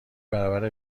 برابر